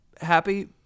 happy